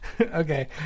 Okay